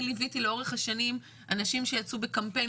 אני ליוויתי לאורך השנים אנשים שיצאו בקמפיין